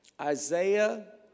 Isaiah